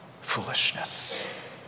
foolishness